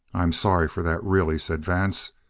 i'm sorry for that, really, said vance.